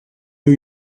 new